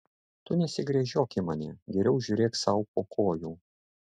tu nesigręžiok į mane geriau žiūrėk sau po kojų